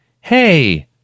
Hey